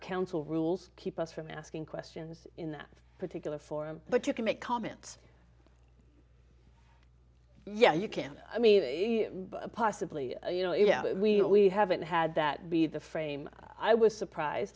council rules keep us from asking questions in that particular forum but you can make comments yeah you can i mean possibly you know if we haven't had that be the frame i was surprised